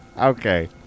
Okay